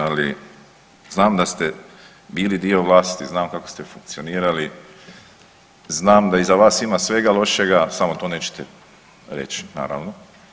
Ali znam da ste bili dio vlasti, znam kako ste funkcionirali, znam da iza vas ima svega lošega samo to nećete reći naravno.